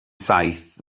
saith